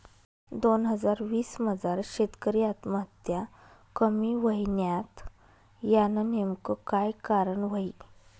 दोन हजार वीस मजार शेतकरी आत्महत्या कमी व्हयन्यात, यानं नेमकं काय कारण व्हयी?